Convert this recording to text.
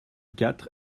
quatre